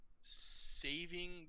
saving